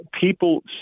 People